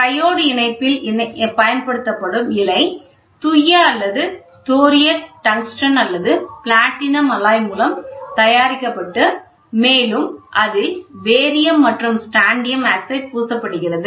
triode இணைப்பில் பயன்படுத்தப்படும் இழை தூய அல்லது தோரியட் டங்ஸ்டன் அல்லது பிளாட்டினம் அலாய் மூலம் தயாரிக்கப்பட்டு மேலும் அதில் பேரியம் மற்றும் ஸ்ட்ரோண்டியம் ஆக்சைடு பூசப்படுகிறது